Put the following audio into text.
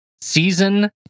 season